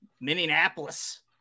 Minneapolis